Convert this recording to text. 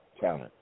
talent